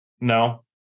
No